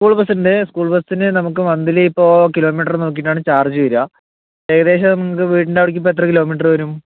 school bus ഉണ്ട് school ബസ്സിന് നമുക്ക് മന്ത്ലി ഇപ്പോൾ കിലോമീറ്റർ നോക്കിയിട്ടാണ് ചാർജ് വരിക ഏകദേശം നമുക്ക് വീട്ടീൻറ അവിടേക്ക് എത്ര കിലോമീറ്ററ് വരും